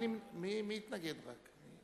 מי התנגד כאן?